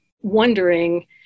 wondering